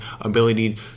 ability